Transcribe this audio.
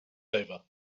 over